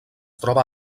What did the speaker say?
troba